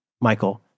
Michael